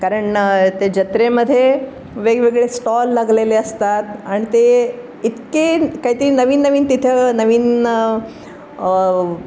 कारण ते जत्रेमध्ये वेगवेगळे स्टॉल लागलेले असतात आणि ते इतके काहीतरी नवीन नवीन तिथं नवीन